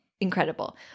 incredible